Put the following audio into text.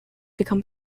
become